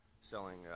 selling